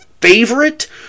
favorite